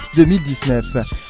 2019